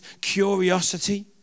curiosity